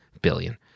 billion